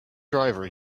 driver